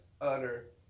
utter